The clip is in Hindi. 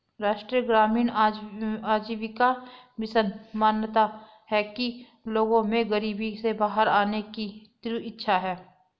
राष्ट्रीय ग्रामीण आजीविका मिशन मानता है कि लोगों में गरीबी से बाहर आने की तीव्र इच्छा है